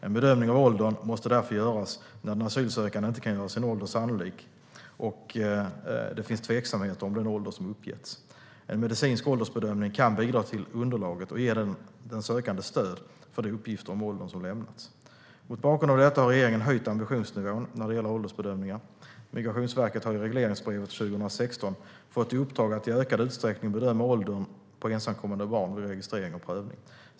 En bedömning av åldern måste därför göras när den asylsökande inte kan göra sin ålder sannolik och det finns tveksamheter om den ålder som uppgetts. En medicinsk åldersbedömning kan bidra till underlaget och ge den sökande stöd för de uppgifter om åldern som lämnats. Mot bakgrund av detta har regeringen höjt ambitionsnivån när det gäller åldersbedömningar. Migrationsverket har i regleringsbrevet för 2016 fått i uppdrag att i ökad utsträckning bedöma åldern på ensamkommande barn vid registrering och prövning.